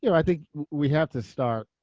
yeah i think we have to start,